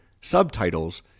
subtitles